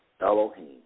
Elohim